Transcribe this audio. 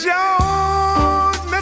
Jones